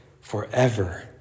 forever